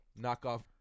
Knockoff